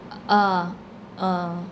uh uh uh